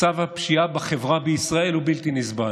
מצב הפשיעה בחברה בישראל הוא בלתי נסבל.